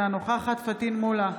אינה נוכחת פטין מולא,